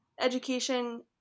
education